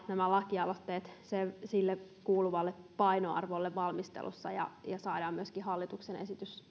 nämä lakialoitteet niille kuuluvalle painoarvolle valmistelussa ja ja saadaan myöskin hallituksen esitys